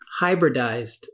hybridized